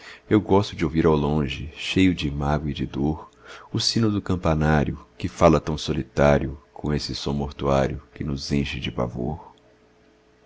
eu gosto de ouvir ao longe cheio de mágoa e de dor o sino do campanário que fala tão solitário com esse som mortuário que nos enche de pavor